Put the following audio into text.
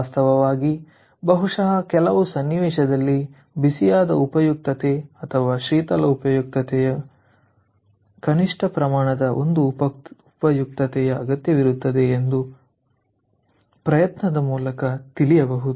ವಾಸ್ತವವಾಗಿ ಬಹುಶಃ ಕೆಲವು ಸನ್ನಿವೇಶದಲ್ಲಿ ಬಿಸಿಯಾದ ಉಪಯುಕ್ತತೆ ಅಥವಾ ಶೀತಲ ಉಪಯುಕ್ತತೆಯ ಕನಿಷ್ಠ ಪ್ರಮಾಣದ ಒಂದು ಉಪಯುಕ್ತತೆಯ ಅಗತ್ಯವಿರುತ್ತದೆ ಎಂದು ಪ್ರಯತ್ನದ ಮೂಲಕ ತಿಳಿಯಬಹುದು